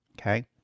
okay